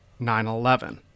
9-11